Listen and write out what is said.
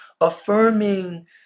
affirming